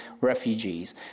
refugees